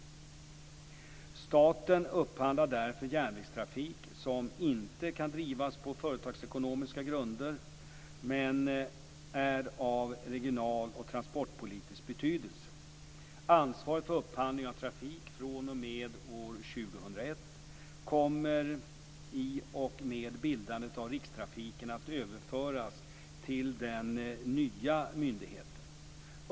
Staten upphandlar därför järnvägstrafik som inte kan drivas på företagsekonomiska grunder men är av regional och transportpolitisk betydelse. Ansvaret för upphandling av trafik fr.o.m. år 2001 kommer i och med bildandet av Rikstrafiken att överföras till den nya myndigheten.